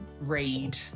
read